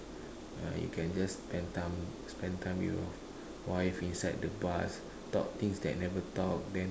ah you can just spend time spend time with your wife inside the bus talk things that never talk then